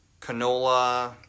canola